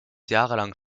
jahrelang